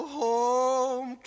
home